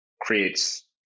creates